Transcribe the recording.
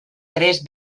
tres